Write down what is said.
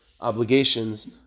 obligations